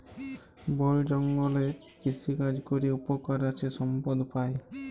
বল জঙ্গলে কৃষিকাজ ক্যরে উপকার আছে সম্পদ পাই